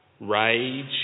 rage